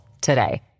today